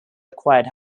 acquired